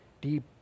deep